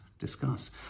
discuss